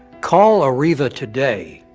call arriva today.